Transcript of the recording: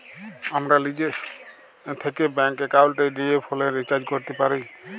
আমরা লিজে থ্যাকে ব্যাংক একাউলটে লিয়ে ফোলের রিচাজ ক্যরতে পারি